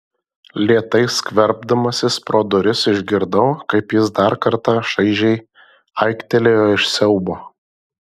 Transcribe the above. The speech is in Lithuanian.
lėtai skverbdamasis pro duris išgirdau kaip jis dar kartą šaižiai aiktelėjo iš siaubo